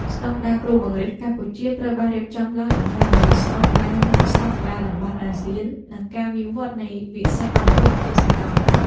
ស្តង់ដារគ្រូបង្រៀនកម្ពុជាត្រូវបានរៀបចំឡើងដើម្បីឱ្យស្របតាមស្តង់ដារតំបន់អាស៊ាននិងការវិវត្តនៃវិស័យអប់រំជាសកល។